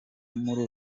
muri